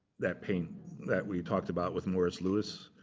that paint that we talked about with morris lewis.